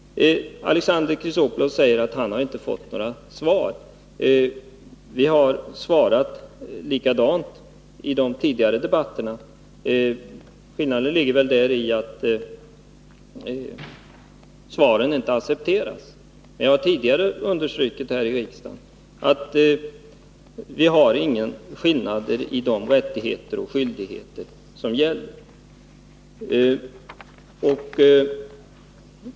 Alexander Chrisopoulos säger att han inte har fått några svar. Vi har svarat likadant i de tidigare debatterna. Skillnaden ligger väl däri att svaren inte accepteras. Jag har förut understrukit här i riksdagen att det inte finns någon skillnad i de rättigheter och skyldigheter som gäller.